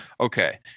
Okay